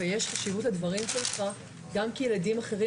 יש חשיבות לדברים שלך גם כי ילדים אחרים